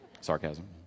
Sarcasm